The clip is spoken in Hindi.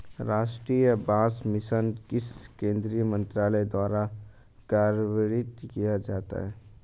राष्ट्रीय बांस मिशन किस केंद्रीय मंत्रालय द्वारा कार्यान्वित किया जाता है?